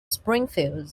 springfield